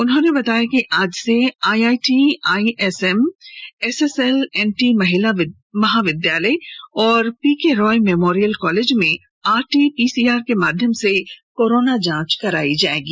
उन्होंने बताया कि आज से IIT ISM S S L N T महिला महाविद्यालय और पीके रॉय मेमोरियल कॉलेज में आरटी पीसीआर के माध्यम से कोरोना जांच करायी जायेगी